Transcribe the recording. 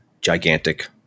gigantic